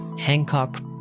Hancock